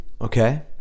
Okay